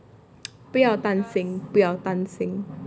不要担心不要担心